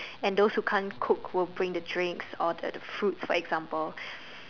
and those who can't cook will bring the drinks or the fruits for example